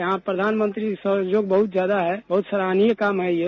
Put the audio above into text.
यहां प्रधानमंत्री सहयोग बहुत ज्यादा है बहुत सराहनीय काम है ये